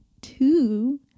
Two